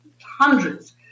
hundreds